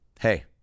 hey